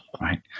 right